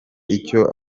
icyo